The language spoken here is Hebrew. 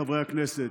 חברי הכנסת,